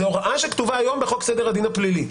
זאת הוראה שכתובה היום בחוק סדר הדין הפלילי.